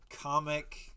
comic